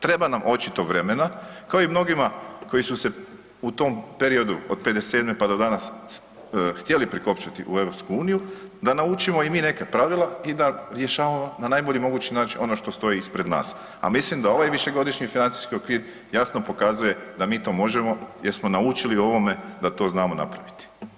Treba nam očito vremena kao i mnogima koji su se u tom periodu od '57. pa do danas htjeli prikopčati u EU da naučimo i mi neka pravila i da rješavamo na najbolji mogući način ono što stoji ispred nas, a mislim da ovaj višegodišnji financijski okvir jasno pokazuje da mi to možemo jer smo naučili o ovome da to znamo napraviti.